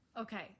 Okay